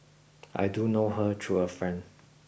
I do know her through a friend